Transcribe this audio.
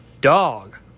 dog